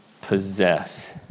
possess